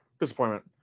disappointment